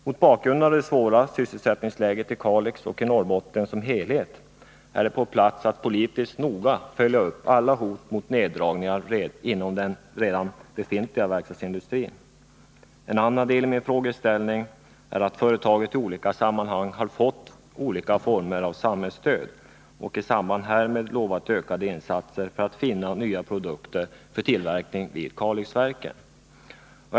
Mot bakgrund av det svåra sysselsättningsläget i Kalix och i Norrbotten som helhet är det på plats att vi politiskt noga följer upp alla hot mot neddragningar inom den redan befintliga verkstadsindustrin. En annan del av min fråga gäller detta att företaget i olika sammanhang har fått olika former av samhällsstöd och i samband därmed lovat ökade insatser för att finna nya produkter för tillverkning vid Kalixverken.